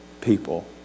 people